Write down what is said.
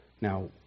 Now